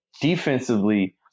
defensively